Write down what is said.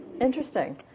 Interesting